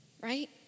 right